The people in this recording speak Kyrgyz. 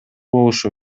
болушу